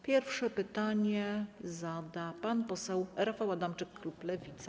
Pierwsze pytanie zada pan poseł Rafał Adamczyk, klub Lewica.